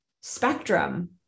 spectrum